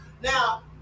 Now